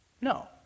No